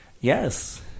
Yes